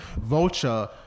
Vulture